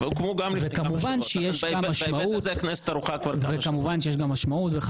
וכמובן שיש גם משמעות --- והוקמו גם לפני כמה שבועות.